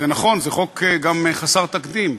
זה נכון, זה חוק גם חסר תקדים,